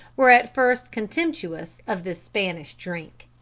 were at first contemptuous of this spanish drink.